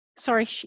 sorry